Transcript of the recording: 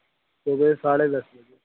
सुबह साढ़े दस बजे